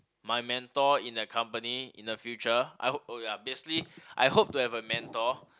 my mentor in that company in the future I'll oh ya basically I hope to have a mentor